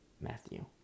Matthew